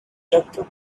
doctor